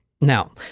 Now